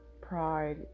pride